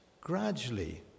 gradually